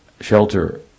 shelter